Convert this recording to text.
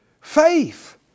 Faith